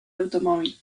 automóvil